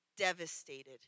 devastated